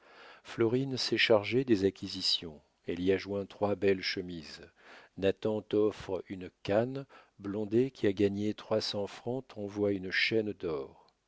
florine s'est chargée des acquisitions elle y a joint trois belles chemises nathan t'offre une canne blondet qui a gagné trois cents francs t'envoie une chaîne d'or